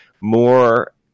more